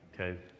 Okay